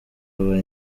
aba